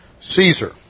Caesar